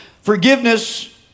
Forgiveness